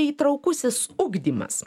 įtraukusis ugdymas